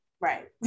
right